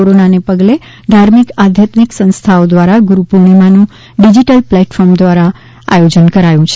કોરોનાના પગલે ધાર્મિક આધ્યાત્મિક સંસ્થાઓ દ્વારા ગુરૂ પૂર્ણિમાનું ડિજીટલ પ્લેટફોર્મ દ્વારા આયોજન કરાયું છે